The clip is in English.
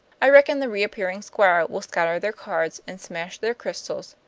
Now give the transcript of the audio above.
i reckon the reappearing squire will scatter their cards and smash their crystals,